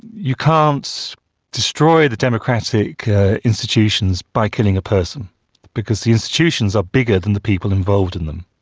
you can't destroy the democratic institutions by killing a person because the institutions are bigger than the people involved in them.